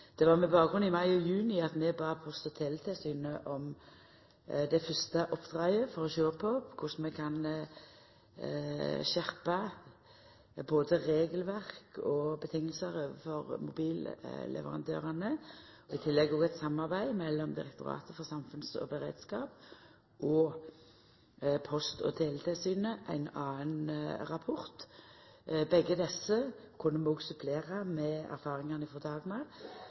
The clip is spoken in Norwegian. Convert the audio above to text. Det var med bakgrunn i mai og juni at vi bad Post- og teletilsynet om det fyrste oppdraget for å sjå på korleis vi kan skjerpa både regelverk og vilkår overfor mobilleverandørane, og i tillegg òg eit samarbeid mellom Direktoratet for samfunnssikkerheit og beredskap og Post- og teletilsynet – ein annan rapport. Begge desse kunne vi òg supplera med erfaringane